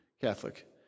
catholic